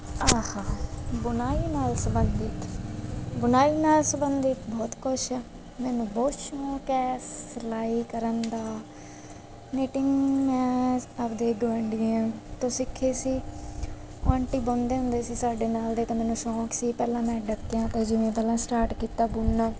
ਬੁਣਾਈ ਨਾਲ ਸੰਬੰਧਿਤ ਬੁਣਾਈ ਨਾਲ ਸਬੰਧਿਤ ਬਹੁਤ ਕੁਛ ਹੈ ਮੈਨੂੰ ਬਹੁਤ ਸ਼ੌਂਕ ਹੈ ਸਿਲਾਈ ਕਰਨ ਦਾ ਨਿਟਿੰਗ ਮੈਂ ਆਪਣੇ ਗੁਆਂਢੀਆਂ ਤੋਂ ਸਿੱਖੀ ਸੀ ਆਂਟੀ ਬੁਣਦੇ ਹੁੰਦੇ ਸੀ ਸਾਡੇ ਨਾਲ ਦੇ ਤਾਂ ਮੈਨੂੰ ਸ਼ੌਂਕ ਸੀ ਪਹਿਲਾਂ ਮੈਂ ਡੱਕਿਆਂ 'ਤੇ ਜਿਵੇਂ ਪਹਿਲਾਂ ਸਟਾਰਟ ਕੀਤਾ ਬੁਣਨਾ